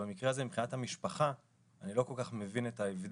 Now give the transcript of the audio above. שבמקרה הזה מבחינת המשפחה אני לא כל כך מבין את ההבדל,